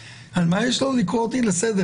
על מה יש לו לקרוא אותי לסדר?